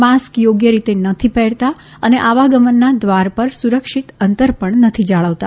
mask યોગ્ય રીતે નથી પહેરતા અને આવા ગમનના દ્વાર પર સુરક્ષિત અંતર પણ નથી જાળવતા